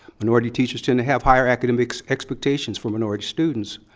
minority teachers tend to have higher academic expectations for minority students,